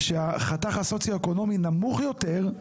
שהחתך הסוציו-אקונומי נמוך יותר,